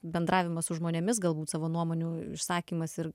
bendravimas su žmonėmis galbūt savo nuomonių išsakymas ir